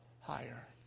higher